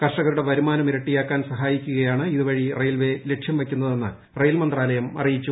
കർഷകരുടെ വരുമാനം ഇരട്ടിയാക്കാൻ സഹായിക്കുകയാണ് ഇതുവഴി റെയിൽവേ ലക്ഷ്യം വയ്ക്കുന്നതെന്ന് റെയിൽവേ മന്ത്രാല്ലയം അറിയിച്ചു